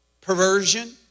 perversion